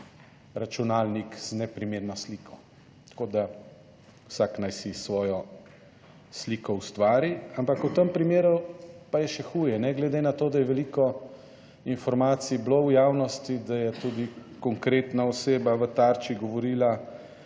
računalnik z neprimerno sliko. Tako da, vsak naj si svojo sliko ustvari. Ampak v tem primeru pa je še huje, ne glede na to, da je veliko informacij bilo v javnosti, da je tudi konkretna oseba v Tarči govorila